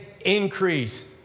increase